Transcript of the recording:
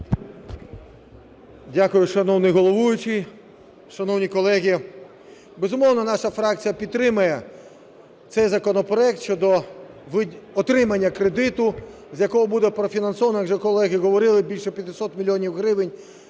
Дякую. Шановний головуючий, шановні колеги, безумовно, наша фракція підтримає цей законопроект щодо отримання кредиту, з якого буде профінансовано, як вже колеги говорили, більше 500 мільйонів